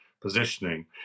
positioning